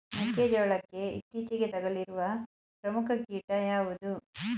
ಮೆಕ್ಕೆ ಜೋಳಕ್ಕೆ ಇತ್ತೀಚೆಗೆ ತಗುಲಿರುವ ಪ್ರಮುಖ ಕೀಟ ಯಾವುದು?